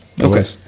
Okay